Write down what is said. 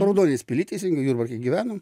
raudonės pily teisingiau jurbarke gyvenom